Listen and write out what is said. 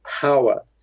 power